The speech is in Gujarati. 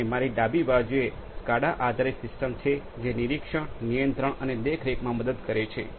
અને મારી ડાબી બાજુએ સ્કાડા આધારિત સિસ્ટમ છે જે નિરીક્ષણ નિયંત્રણ અને દેખરેખમાં મદદ કરે છે